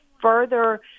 further